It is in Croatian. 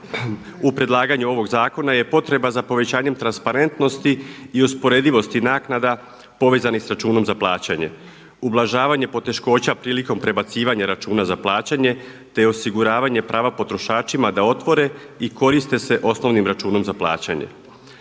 u predlaganju ovog zakona je potreba za povećanjem transparentnosti i usporedivosti naknada povezanih sa računom za plaćanje, ublažavanje poteškoća prilikom prebacivanja računa za plaćanje te osiguravanje prava potrošačima da otvore i koriste se osnovnim računom za plaćanje.